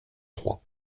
trois